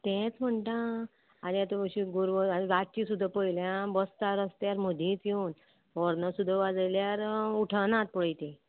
तेंच म्हणटा आगे आतां अशी गोरवां रातची सुद्दां पळयल्या बसता रस्त्यार मदींच येवन व्होर्न सुद्दां वाजल्यार उठनात पय ती